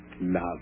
Love